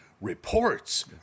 reports